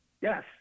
Yes